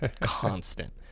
constant